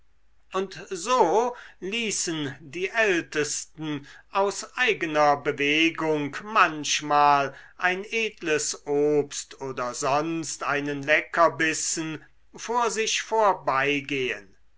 und so ließen die ältesten aus eigener bewegung manchmal ein edles obst oder sonst einen leckerbissen vor sich vorbeigehen